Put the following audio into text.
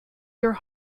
your